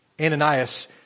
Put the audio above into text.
Ananias